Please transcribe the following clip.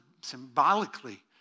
symbolically